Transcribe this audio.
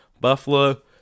Buffalo